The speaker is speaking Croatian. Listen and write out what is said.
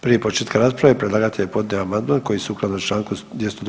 Prije početka rasprave predlagatelj je podnio amandman koji sukladno članku 202.